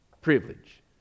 privilege